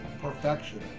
perfection